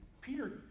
Peter